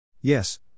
Yes